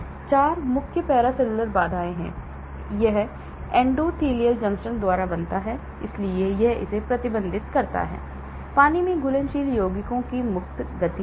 4 मुख्य पेरासेल्युलर बाधा यह एंडोथेलियल जंक्शनों द्वारा बनता है इसलिए यह इसे प्रतिबंधित करता है पानी में घुलनशील यौगिकों की मुक्त गति